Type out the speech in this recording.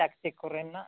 ᱪᱟᱠ ᱪᱤᱠ ᱠᱚᱨᱮᱱᱟᱜ